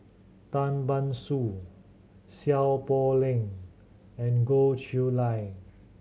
Tan Ban Soon Seow Poh Leng and Goh Chiew Lye